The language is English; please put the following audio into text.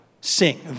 sing